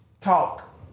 talk